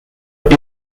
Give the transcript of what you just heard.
work